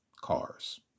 cars